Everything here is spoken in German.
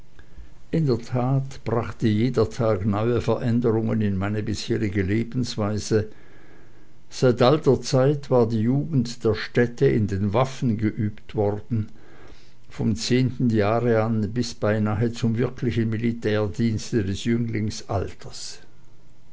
in der tat brachte jeder tag neue veränderungen in meine bisherige lebensweise seit alter zeit war die jugend der städte in den waffen geübt worden vom zehnten jahre an bis beinahe zum wirklichen militärdienste des